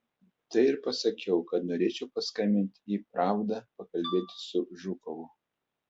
tai ir pasakiau kad norėčiau paskambinti į pravdą pakalbėti su žukovu